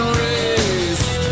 raised